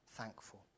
thankful